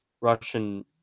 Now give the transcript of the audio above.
Russian